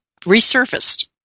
resurfaced